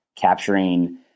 capturing